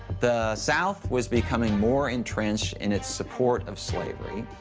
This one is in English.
the south was becoming more entrenched in its support of slavery.